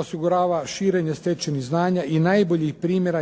osigurava širenje stečenih znanja i najboljih primjera